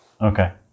Okay